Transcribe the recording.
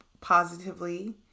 positively